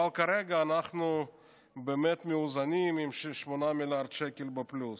אבל כרגע אנחנו באמת מאוזנים עם 8 מיליארד שקלים בפלוס.